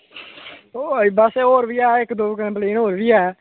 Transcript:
ओह् बस होर बी ऐ इक दो कंप्लेन होर बी ऐ